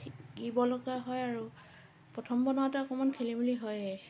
শিকিবলগা হয় আৰু পথম বনাওঁতে অকণমান খেলি মেলি হয়েই